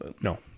No